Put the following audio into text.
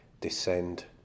descend